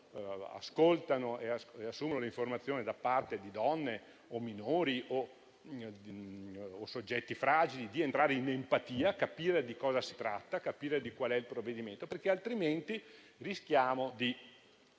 ascoltano e assumono informazioni da parte di donne, minori o soggetti fragili, di entrare in empatia e capire di cosa si tratta e qual è il provvedimento da assumere, altrimenti rischiamo di